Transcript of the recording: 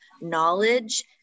knowledge